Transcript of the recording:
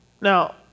Now